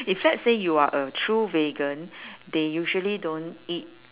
if let's say you are a true vegan they usually don't eat